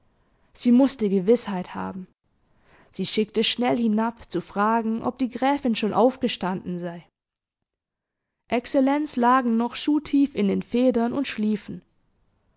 zugeworfen sie mußte gewißheit haben sie schickte schnell hinab zu fragen ob die gräfin schon aufgestanden sei exzellenz lagen noch schuhtief in den federn und schliefen